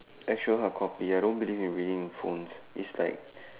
actual hard copy I don't believe in reading in phones it's like